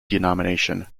denomination